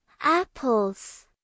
Apples